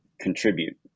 contribute